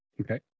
Okay